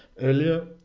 earlier